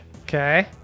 okay